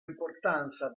importanza